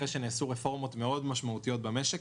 אחרי שנעשו רפורמות מאוד משמעותית במשק,